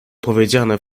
powiedziane